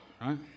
right